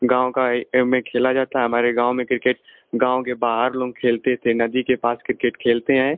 गाँव का ए एम ए खेला जाता है हमारे गाँव में क्रिकेट गाँव के बाहर लोग खेलते थे नदी के पास क्रिकेट खेलते हैं